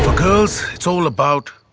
but girls it's all about.